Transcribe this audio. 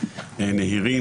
נהירים,